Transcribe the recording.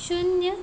शुन्य